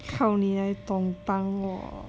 靠你来 tompang 我